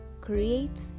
Create